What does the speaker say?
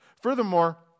Furthermore